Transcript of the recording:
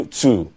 two